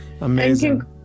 amazing